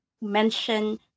mention